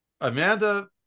Amanda